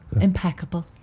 Impeccable